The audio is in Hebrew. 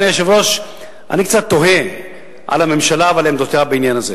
אדוני היושב-ראש: אני קצת תוהה על הממשלה ועל עמדותיה בעניין זה.